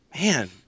Man